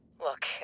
Look